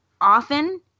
often